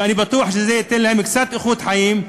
אני בטוח שזה ייתן להם קצת איכות חיים.